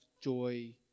joy